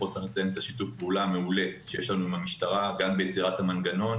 ואציין פה את שיתוף הפעולה המעולה שיש לנו עם המשטרה גם ביצירת המנגנון